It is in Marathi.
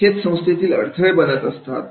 हेच संस्थेतील अडथळे बनत असतात